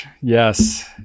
yes